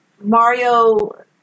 Mario